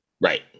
Right